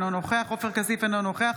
אינו נוכח אופיר כץ,